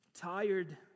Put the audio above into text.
tired